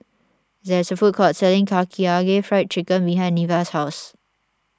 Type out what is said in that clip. there is a food court selling Karaage Fried Chicken behind Neveah's house